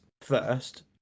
first